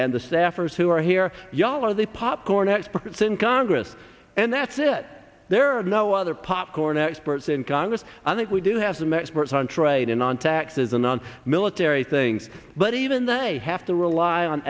and the sapphires who are here ya'll are the popcorn experts in congress and that's it there are no other popcorn experts in congress i think we do have some experts on trade and on taxes and on military things but even they have to rely on